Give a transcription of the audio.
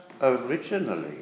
originally